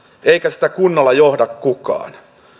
eikä sitä kunnolla johda kukaan